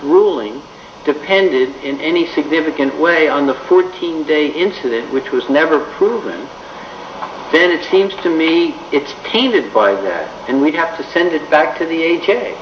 ruling depended in any significant way on the fourteen day incident which was never proven then it seems to me it's tainted by that and we have to send it back to the ha